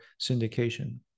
syndication